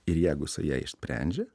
ir jeigu isai ją išsprendžia